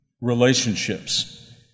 relationships